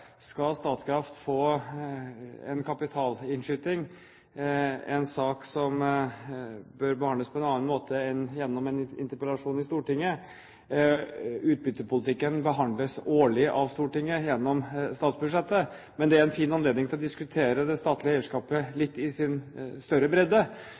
Statkraft skal få et kapitalinnskudd, en sak som bør behandles på en annen måte enn gjennom en interpellasjon i Stortinget. Utbyttepolitikken behandles årlig av Stortinget gjennom statsbudsjettet, men det er en fin anledning til å diskutere det statlige eierskapet og synet på det i litt større bredde.